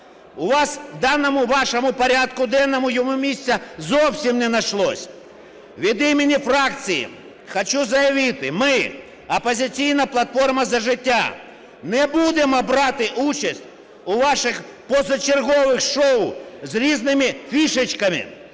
У вас у даному вашому порядку денному йому місця зовсім не знайшлось. Від імені фракції хочу заявити. Ми, "Опозиційна платформа – За життя", не будемо брати участь у ваших позачергових шоу з різними фішечками.